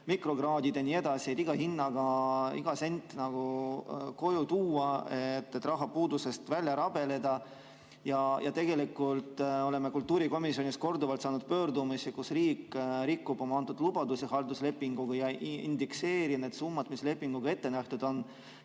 mikrokraadid ja nii edasi, et iga hinnaga iga sent nagu koju tuua, et rahapuudusest välja rabeleda. Tegelikult oleme kultuurikomisjonis korduvalt saanud pöördumisi, et riik rikub oma halduslepinguga antud lubadusi ega indekseeri neid summasid, mis lepinguga ette nähtud on.